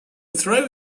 throw